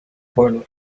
pueblo